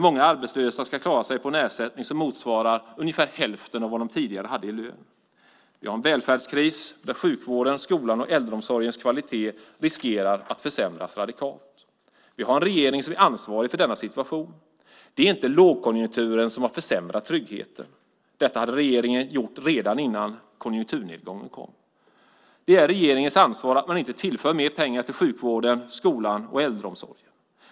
Många arbetslösa ska klara sig på en ersättning som motsvarar ungefär hälften av vad de tidigare haft i lön. Vidare har vi en välfärdskris. Sjukvården, skolan och kvaliteten i äldreomsorgen riskerar att radikalt försämras. Vi har en regering som är ansvarig för denna situation. Det är inte lågkonjunkturen som har försämrat tryggheten. Det hade regeringen gjort redan innan konjunkturnedgången kom. Det är regeringens ansvar att mer pengar inte tillförs sjukvården, skolan och äldreomsorgen.